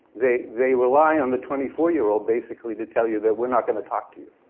they they rely on the twenty four year old basically to tell you that we're not going to talk to you.